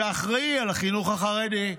שאחראי לחינוך החרדי.